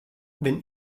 wenn